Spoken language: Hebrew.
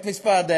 את מספר הדיירים.